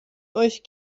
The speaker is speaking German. euch